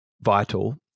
vital